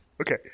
Okay